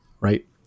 right